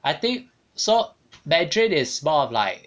I think so mandarin is more of like